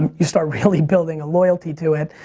and you start really building a loyalty to it.